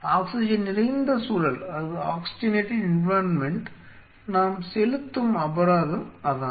oxygen நிறைந்த சூழலுக்கு நாம் செலுத்தும் அபராதம் அதுதான்